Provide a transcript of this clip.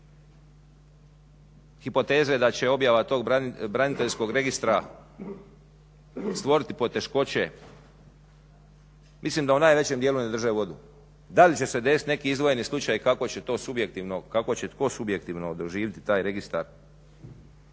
Hipoteze da će objava tog braniteljskog registra stvoriti poteškoće mislim da u najvećem dijelu ne drže vodu. Da li će se desiti neki izdvojeni slučaj i kako će to subjektivno, kako će tko subjektivno doživjeti taj registar